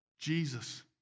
Jesus